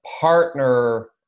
partner